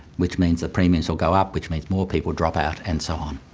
which means the premiums will go up, which means more people drop out, and so on.